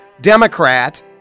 Democrat